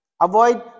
avoid